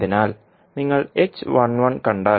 അതിനാൽ നിങ്ങൾ കണ്ടാൽ